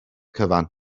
cyfan